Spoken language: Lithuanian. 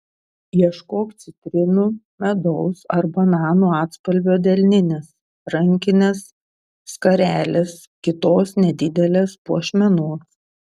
ieškok citrinų medaus ar bananų atspalvio delninės rankinės skarelės kitos nedidelės puošmenos